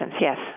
Yes